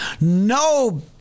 no